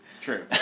True